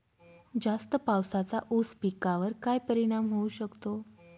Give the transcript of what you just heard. जास्त पावसाचा ऊस पिकावर काय परिणाम होऊ शकतो?